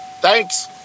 Thanks